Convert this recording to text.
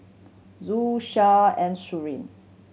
Zul Shah and Suria